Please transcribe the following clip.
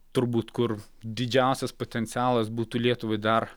turbūt kur didžiausias potencialas būtų lietuvai dar